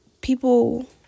people